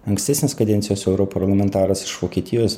ankstesnės kadencijos europarlamentaras iš vokietijos